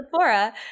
Sephora